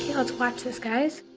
let's watch this, guys.